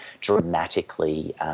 dramatically